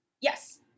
yes